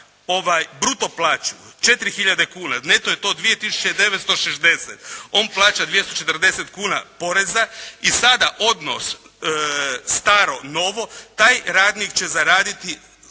bruto plaću od 4 tisuće kuna, neto je to 2 tisuće 960, on plaća 240 kuna poreza i sada odnos staro-novo taj radnik će zaraditi